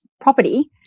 property